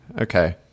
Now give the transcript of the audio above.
Okay